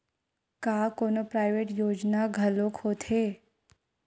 का कोनो प्राइवेट योजना घलोक होथे?